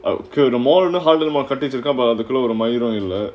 I could a modern a holiday marketing to cover the glow at you long you lah